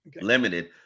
limited